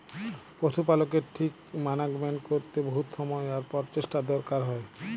পশু পালকের ঠিক মানাগমেন্ট ক্যরতে বহুত সময় আর পরচেষ্টার দরকার হ্যয়